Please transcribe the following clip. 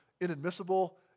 inadmissible